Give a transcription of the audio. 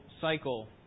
cycle